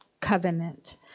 covenant